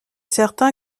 certain